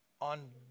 on